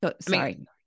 Sorry